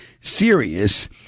serious